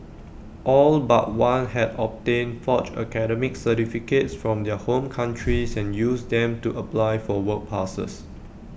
all but one had obtained forged academic certificates from their home countries and used them to apply for work passes